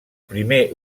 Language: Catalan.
primer